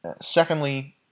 secondly